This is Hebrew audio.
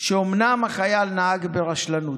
שאומנם החייל נהג ברשלנות,